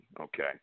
Okay